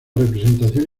representación